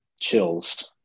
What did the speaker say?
chills